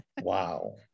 Wow